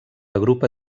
agrupa